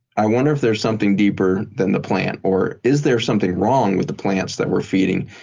i wonder if there's something deeper than the plant, or, is there something wrong with the plants that we're feeding?